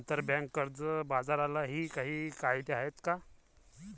आंतरबँक कर्ज बाजारालाही काही कायदे आहेत का?